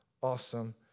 awesome